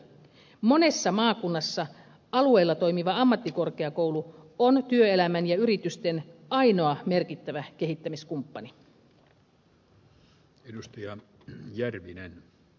monessa maakunnassa alueella toimiva ammattikorkeakoulu on työelämän ja yritysten ainoa merkittävä kehittämiskumppani